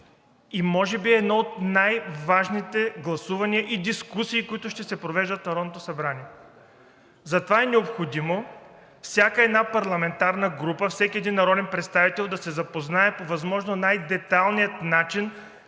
и може би едно от най-важните гласувания и дискусии, които ще се провеждат в Народното събрание. Затова е необходимо всяка една парламентарна група, всеки един народен представител да се запознае по възможно най детайлния начин